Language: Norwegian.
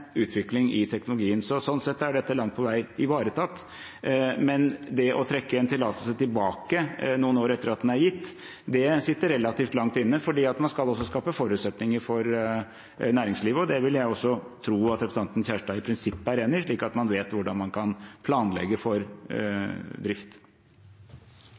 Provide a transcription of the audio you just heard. utvikling i teknologien. Sånn sett er dette langt på vei ivaretatt. Men det å trekke en tillatelse tilbake noen år etter at den er gitt, sitter relativt langt inne, for man skal også skape forutsetninger for næringslivet – det vil jeg også tro at representanten Kjerstad i prinsippet er enig i – slik at man vet hvordan man kan planlegge for drift.